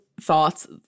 thoughts